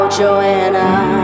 joanna